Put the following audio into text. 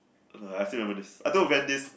uh I still remember this I told Van this